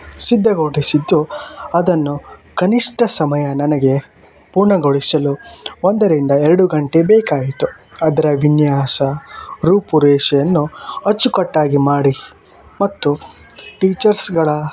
ಸಿದ್ಧಗೊಳಿಸಿದ್ದು ಅದನ್ನು ಕನಿಷ್ಠ ಸಮಯ ನನಗೆ ಪೂರ್ಣಗೊಳಿಸಲು ಒಂದರಿಂದ ಎರಡು ಗಂಟೆ ಬೇಕಾಯಿತು ಅದರ ವಿನ್ಯಾಸ ರೂಪು ರೇಷೆಯನ್ನು ಅಚ್ಚುಕಟ್ಟಾಗಿ ಮಾಡಿ ಮತ್ತು ಟೀಚರ್ಸ್ಗಳ